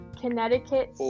Connecticut